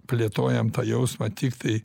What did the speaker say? plėtojam tą jausmą tiktai